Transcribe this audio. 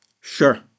Sure